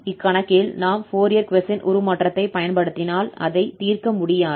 இக்கணக்கில் நாம் Fourier cosine உருமாற்றத்தைப் பயன்படுத்தினால் அதைத் தீர்க்க முடியாது